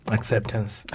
Acceptance